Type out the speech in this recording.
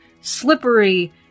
slippery